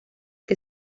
que